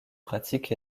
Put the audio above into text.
pratique